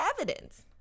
evidence